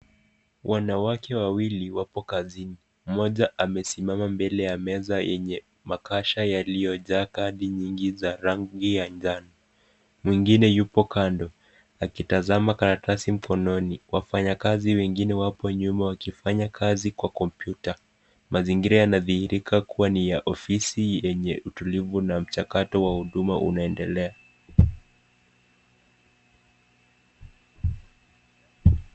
Wanawake wawili wapo kazini. Mmoja amesimama mbele ya meza yenye mabasha yeye iliyojaa magadi nyingi za rangi ya njano. Mwingine yupo kando akitasama karatasi mkononi. Wafanya kazi wengine wapo nyuma wakifanya kazi kwa kompyuta. Mazingirz yanadihirika kuwa ni ya ofisi yenye utuliu na mjakato wa huduma unaendelea.